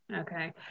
Okay